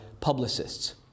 publicists